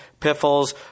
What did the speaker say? piffles